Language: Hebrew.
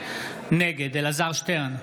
נגד אלעזר שטרן,